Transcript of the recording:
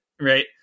right